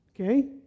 okay